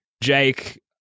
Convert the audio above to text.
Jake